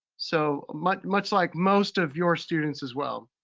so much much like most of your students as well.